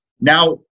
now